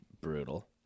brutal